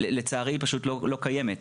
לצערי היא פשוט לא קיימת.